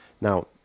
now